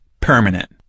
permanent